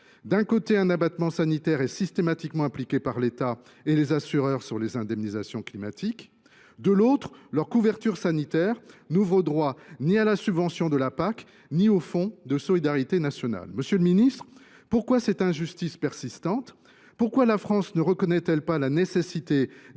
D’un côté, un abattement sanitaire est systématiquement appliqué par l’État et les assureurs sur les indemnisations climatiques ; de l’autre, leur couverture sanitaire n’ouvre droit ni à la subvention de la politique agricole commune (PAC) ni au fonds de solidarité nationale (FSN). Monsieur le ministre, pourquoi cette injustice persistante ? Pourquoi la France ne reconnaît elle pas la nécessité